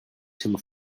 till